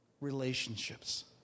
relationships